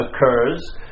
occurs